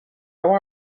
how